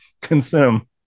consume